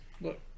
look